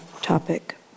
topic